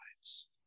lives